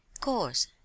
Course